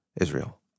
Israel